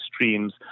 streams